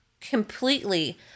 completely